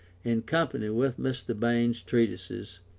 in company with mr. bain's treatises,